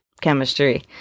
chemistry